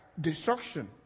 destruction